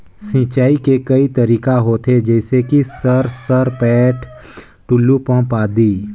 सिंचाई के कई तरीका होथे? जैसे कि सर सरपैट, टुलु पंप, आदि?